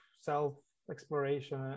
self-exploration